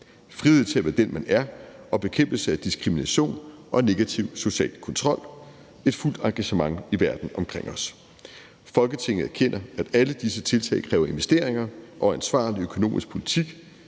Frihed til at være den, man er, og bekæmpelse af diskrimination og negativ social kontrol. Et fuldt engagement i verden omkring os. Folketinget erkender, at alle disse tiltag kræver investeringer og ansvarlig økonomisk politik.